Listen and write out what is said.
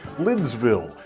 lidsville,